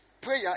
Prayer